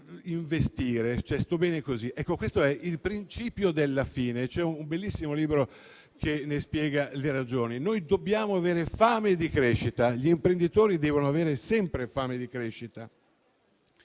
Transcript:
investimenti. Questo è il principio della fine; c'è un bellissimo libro che ne spiega le ragioni. Noi dobbiamo avere fame di crescita, gli imprenditori devono avere sempre fame di crescita.